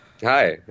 Hi